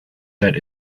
that